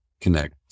connect